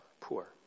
poor